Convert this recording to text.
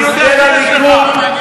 אני יודע שיש לך.